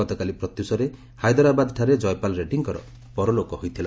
ଗତକାଲି ପ୍ରତ୍ୟୁଷରେ ହାଇଦରାବାଦ ଠାରେ ଜୟପାଲ ରେଡ଼ୁୀଙ୍କର ପରଲୋକ ହୋଇଥିଲା